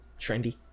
trendy